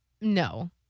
no